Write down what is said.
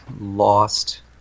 lost